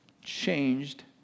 changed